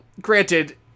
granted